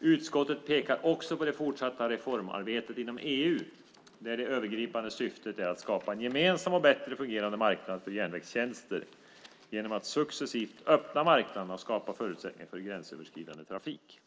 Utskottet pekar också på det fortsatta reformarbetet inom EU där det övergripande syftet är att skapa en gemensam och bättre fungerande marknad för järnvägstjänster genom att successivt öppna marknaderna och skapa förutsättningar för gränsöverskridande trafik.